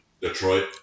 Detroit